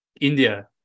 India